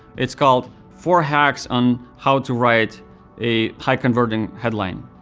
it's called four hacks on how to write a high converting headline.